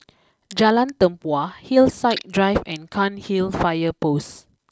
Jalan Tempua Hillside Drive and Cairnhill fire post